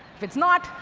if it's not,